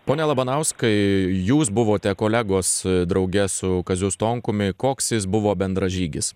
pone labanauskai jūs buvote kolegos drauge su kaziu stonkumi koks jis buvo bendražygis